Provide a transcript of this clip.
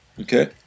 Okay